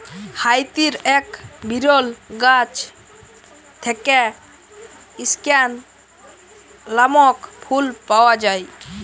হাইতির এক বিরল গাছ থেক্যে স্কেয়ান লামক ফুল পাওয়া যায়